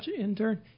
intern